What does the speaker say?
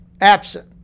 absent